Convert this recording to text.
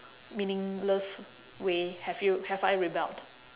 meaningless way have you have I rebelled